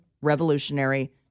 revolutionary